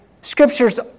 Scriptures